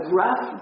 rough